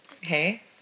Hey